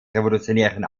revolutionären